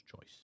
choice